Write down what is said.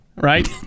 right